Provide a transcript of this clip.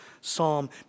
psalm